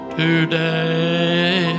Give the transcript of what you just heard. today